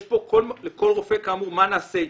יש פה לכל רופא מה נעשה איתו.